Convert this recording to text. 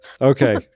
okay